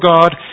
God